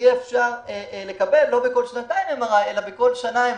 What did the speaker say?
אפשר יהיה לקבל MRI בכל שנה.